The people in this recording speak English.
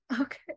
Okay